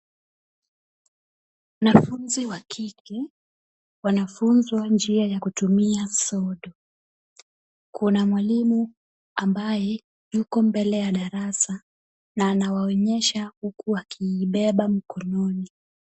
Wanafunzi wa kike wanafunzwa njia ya kutumia sodo. Kuna mwalimu ambaye yuko mbele ya darasa na anawaonyesha huku akiibeba mkononi.